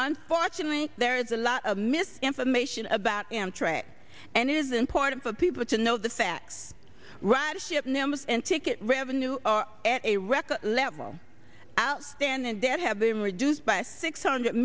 unfortunately there is a lot of mis information about amtrak and it is important for people to know the facts run ship numbers and ticket revenue are at a record level outstanding debt have been reduced by six hundred